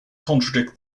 contradict